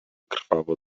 krwawo